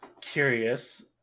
curious